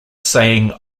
saying